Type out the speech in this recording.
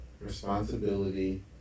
responsibility